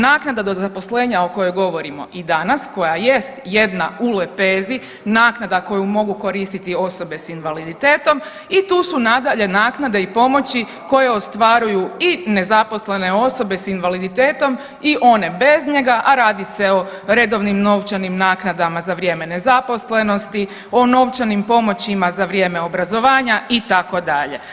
Naknada do zaposlenja o kojoj govorimo i danas koja jest jedna u lepezi naknada koju mogu koristiti osobe s invaliditetom i tu su nadalje naknade i pomoći koje ostvaruju i nezaposlene osobe s invaliditetom i one bez njega, a radi se o redovnim novčanim naknadama za vrijeme nezaposlenosti, o novčanim pomoćima za vrijeme obrazovanja itd.